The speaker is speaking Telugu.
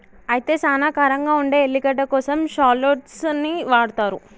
అయితే సానా కారంగా ఉండే ఎల్లిగడ్డ కోసం షాల్లోట్స్ ని వాడతారు